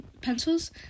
pencils